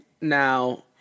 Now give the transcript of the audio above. Now